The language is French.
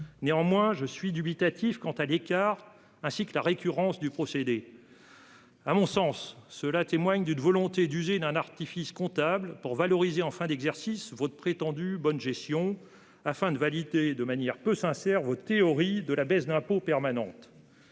néanmoins, je suis dubitatif quant à l'écart constaté et la récurrence du procédé. À mon sens, cela témoigne d'une volonté d'user d'un artifice comptable pour valoriser, en fin d'exercice, votre prétendue bonne gestion et pour valider de manière peu sincère votre théorie de la baisse d'impôt permanente.